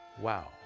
Wow